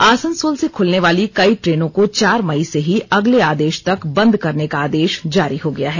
आसनसोल से खुलने वाली कई ट्रेनों को चार मई से ही अगले आदेश तक बंद करने का आदेश जारी हो गया है